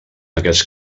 aquests